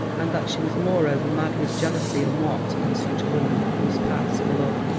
and that she was moreover mad with jealousy and what, in such a woman, must pass for love.